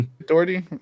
Authority